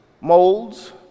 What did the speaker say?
molds